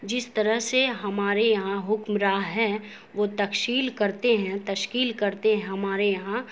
جس طرح سے ہمارے یہاں حکمراں ہیں وہ تشکیل کرتے ہیں تشکیل کرتے ہیں ہمارے یہاں